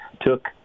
took